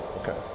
okay